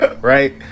Right